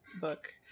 book